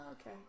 okay